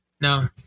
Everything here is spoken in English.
No